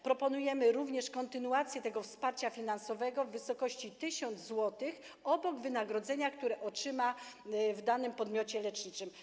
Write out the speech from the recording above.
Proponujemy również kontynuację wsparcia finansowego w wysokości 1 tys. zł, obok wynagrodzenia, które otrzyma w danym podmiocie leczniczym.